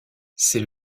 c’est